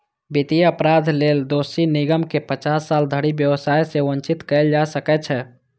वित्तीय अपराध लेल दोषी निगम कें पचास साल धरि व्यवसाय सं वंचित कैल जा सकै छै